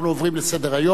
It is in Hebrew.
אנחנו עוברים לסדר-היום.